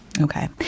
Okay